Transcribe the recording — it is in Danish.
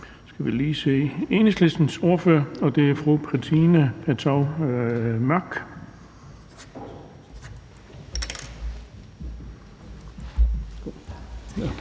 kan gå videre til Enhedslistens ordfører, og det er fru Trine Pertou Mach.